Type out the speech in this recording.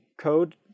code